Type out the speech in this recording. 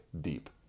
deep